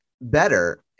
better